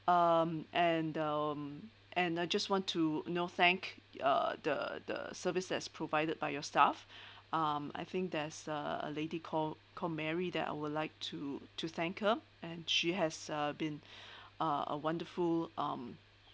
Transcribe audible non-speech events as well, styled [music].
um and um and I just want to know thank uh the the services provided by your staff [breath] um I think there's a a lady called called mary that I would like to to thank her and she has uh been [breath] uh a wonderful um